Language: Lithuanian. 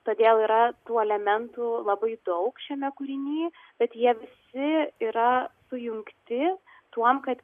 todėl yra tų elementų labai daug šiame kūriny bet jie visi yra sujungti tuom kad